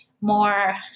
more